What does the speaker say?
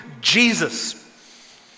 Jesus